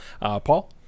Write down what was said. Paul